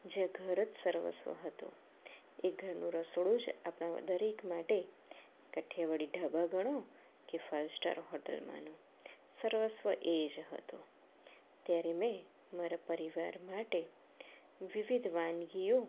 જ્યાં ઘર જ સર્વસ્વ હતું એ ઘરનું રસોડું છે યપદ દરેક માટે કાઠિયાવાડી ધાબા ગણો કે ફાઇવ સ્ટાર હોટલમાં સર્વસ્વ એ જ હતું ત્યારે મેં મારા પરિવાર માટે વિવિધ વાનગીઓ